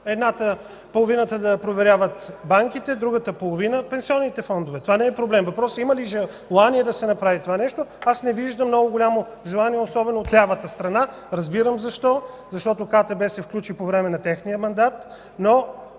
16. Половината да проверяват банките, другата половина – пенсионните фондове. (Шум и реплики.) Това не е проблем. Въпросът е има ли желание да се направи такова нещо, но не виждам много голямо желание, особено от лявата страна. Разбирам защо – защото КТБ се случи по време на техния мандат,